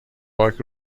پاک